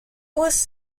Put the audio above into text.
was